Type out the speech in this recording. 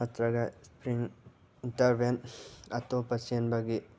ꯅꯠꯇ꯭ꯔꯒ sprint interval ꯑꯇꯣꯞꯄ ꯆꯦꯟꯕꯒꯤ